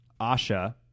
Asha